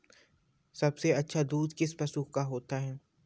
सबसे अच्छा दूध किस पशु का होता है?